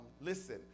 Listen